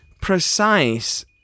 precise